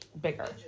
bigger